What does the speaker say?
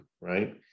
right